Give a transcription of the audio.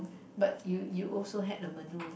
but you you also had a menu